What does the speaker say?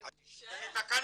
תישאר.